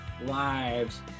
lives